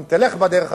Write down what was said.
אם תלך בדרך הזאת,